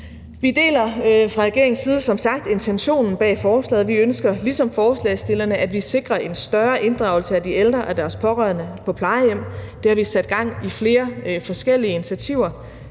Vi deler fra regeringens side som sagt intentionen bag forslaget. Vi ønsker ligesom forslagsstillerne, at vi sikrer en større inddragelse af de ældre og deres pårørende på plejehjemmene, og det har vi sat gang i flere forskellige initiativer